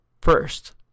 First